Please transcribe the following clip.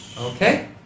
Okay